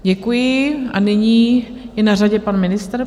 Děkuji a nyní je na řadě pan ministr.